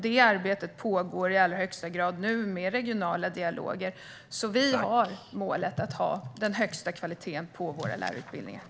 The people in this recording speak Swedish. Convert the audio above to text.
Det arbetet pågår i allra högsta grad, nu med regionala dialoger. Vårt mål är att ha den högsta kvaliteten på lärarutbildningarna.